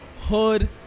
Hood